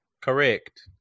Correct